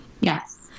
Yes